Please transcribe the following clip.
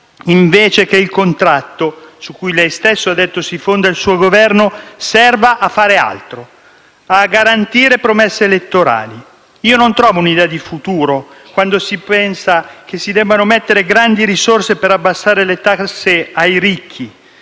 invece che il contratto, su cui lei stesso ha detto si fonda il suo Governo, serva a fare altro, a garantire promesse elettorali. Non trovo un'idea di futuro quando si pensa che si debbano mettere grandi risorse per diminuire le tasse ai ricchi.